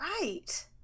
right